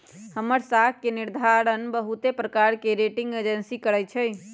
हमर साख के निर्धारण बहुते प्रकार के रेटिंग एजेंसी करइ छै